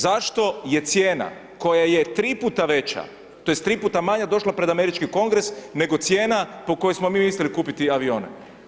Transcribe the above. Zašto je cijena koja je 3 puta veća, tj. 3 puta manja, došla pred američki kongres nego cijena po kojoj smo mi u Istri kupiti avione.